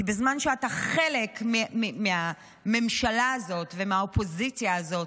כי בזמן שאתה חלק מהממשלה הזאת ומהאופוזיציה הזאת,